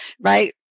right